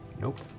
Nope